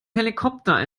helikopter